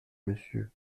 monsieur